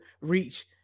reach